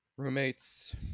roommates